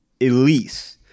Elise